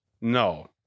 No